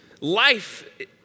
Life